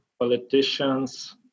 politicians